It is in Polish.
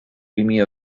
tymi